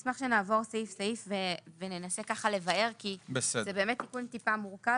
אשמח שנעבור סעיף סעיף וננסה ככה לבאר כי זה באמת תיקון טיפה מורכב,